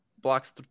blocks